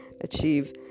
achieve